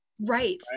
right